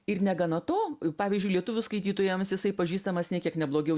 ir negana to pavyzdžiui lietuvių skaitytojams jisai pažįstamas nė kiek neblogiau